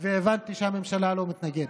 והבנתי שהממשלה לא מתנגדת.